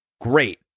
great